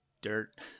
dirt